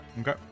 okay